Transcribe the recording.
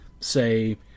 say